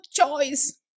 choice